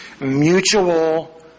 mutual